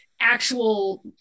actual